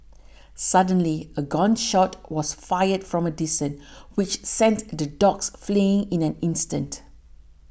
suddenly a gun shot was fired from a distance which sent the dogs fleeing in an instant